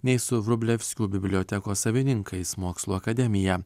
nei su vrublevskių bibliotekos savininkais mokslų akademija